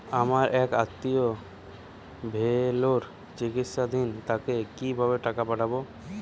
আমার এক আত্মীয় ভেলোরে চিকিৎসাধীন তাকে কি ভাবে টাকা পাঠাবো?